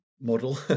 model